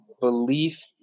belief